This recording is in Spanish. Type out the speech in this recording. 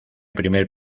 primer